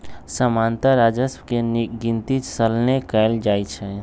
सामान्तः राजस्व के गिनति सलने कएल जाइ छइ